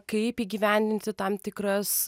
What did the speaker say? kaip įgyvendinti tam tikras